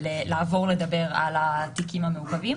לעבור לדבר על התיקים המעוכבים.